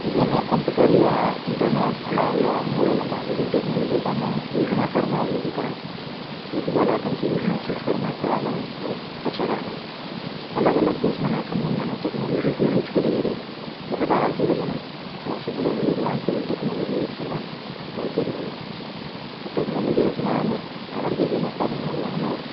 ଯଦି ଆମେ କମ୍ପୁଟର୍ ୟା ଇଣ୍ଟରନେଟ୍ ହେଲା ୟା ମୋବାଇଲ୍ ହେଲା ଯଦି ଟେକ୍ନୋଲୋଜି କି ଆମେ ୟୁଜ୍ ନାଇଁ କର୍ମା ଆଉ ଯଦି ତାହା ବ୍ୟତୀତ ଅଲଗା କେନ୍ସି ବି ଜିନିଷ୍ ୟୁଜ୍ କର୍ମା ତ ଆମେ ବହୁତ୍ ପଛରେ ରହେମା ଅଲଗ ଅଲଗ ଦେଶ୍ମାନେ ଅଛନ୍ ଯେନ୍ମାନେ ଟେକ୍ନୋଲୋଜି କି ୟୁଜ୍ କରିକିରି ବହୁତ ଆଗାଡ଼୍କେ ଗଲେନ ତ ସେଥିଲାଗି ବୋଲିକିରି ଆମ୍କୁ ବିଲ୍ ଟେକ୍ନୋଲୋଜି ୟୁଜ୍ କର୍ବା ବହୁତ ଜରୁରୀ ଏ ତ ଟେକ୍ନୋଲୋଜିର ବିନା ଆମେ ଆଗାଡ଼୍କେ ଯାଇ ନ ପାରୁ ଆଉ ଆମେ